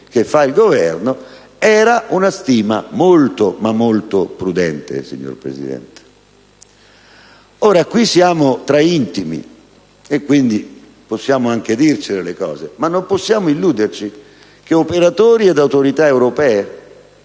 che fa il Governo, avevo fatto una stima molto, molto prudente. Ora qui siamo tra intimi, quindi possiamo anche dirci certe cose, ma non possiamo illuderci che operatori ed autorità europee